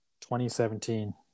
2017